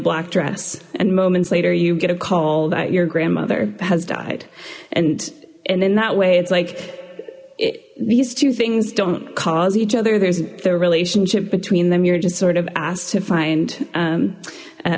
black dress and moments later you get a call that your grandmother has died and and in that way it's like these two things don't cause each other there's the relationship between them you're just sort of asked to find